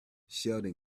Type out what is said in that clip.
sheldon